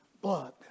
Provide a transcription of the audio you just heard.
Blood